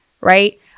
right